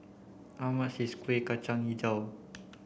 how much is Kuih Kacang Hijau